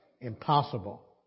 Impossible